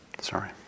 Sorry